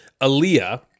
Aaliyah